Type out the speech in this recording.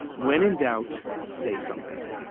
when in doubt, say something.